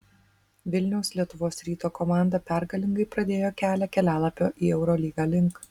vilniaus lietuvos ryto komanda pergalingai pradėjo kelią kelialapio į eurolygą link